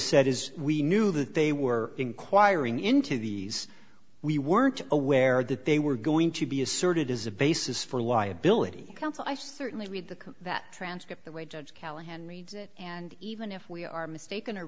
said is we knew that they were inquiring into the we weren't aware that they were going to be asserted as a basis for liability counsel i certainly read the that transcript the way judge callahan reads it and even if we are mistaken or